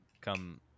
come